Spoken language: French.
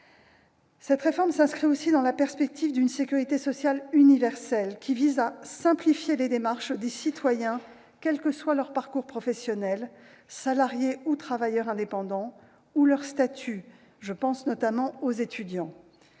Cette réforme s'inscrit aussi dans la perspective d'une sécurité sociale universelle, qui vise à simplifier les démarches des citoyens, quel que soit leur parcours professionnel- salarié ou travailleur indépendant -ou leur statut- je pense notamment aux étudiants.